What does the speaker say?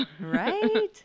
Right